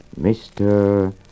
Mr